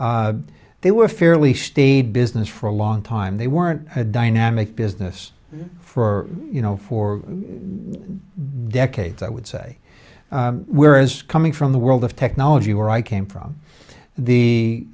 evolved they were fairly stayed business for a long time they weren't a dynamic business for you know for decades i would say we are is coming from the world of technology where i came from the